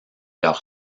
leur